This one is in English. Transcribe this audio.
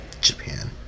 Japan